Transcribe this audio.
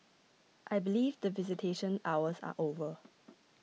I believe the visitation hours are over